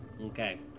Okay